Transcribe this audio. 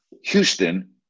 Houston